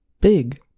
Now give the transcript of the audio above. big